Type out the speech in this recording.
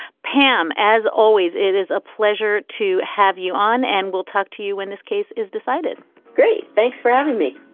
pam as always it is a pleasure to have you on and we'll talk to you when this case is decided great. thanks for having me